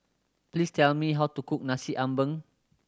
please tell me how to cook Nasi Ambeng